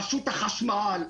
רשות החשמל,